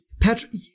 Patrick